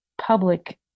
public